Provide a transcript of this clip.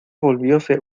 volvióse